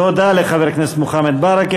תודה לחבר הכנסת מוחמד ברכה.